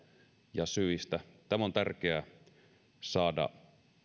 ja syistä tämä on tärkeää saada